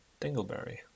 dingleberry